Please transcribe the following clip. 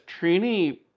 Trini